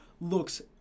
looks